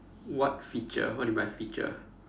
what feature what do you mean by feature